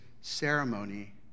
ceremony